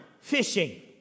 fishing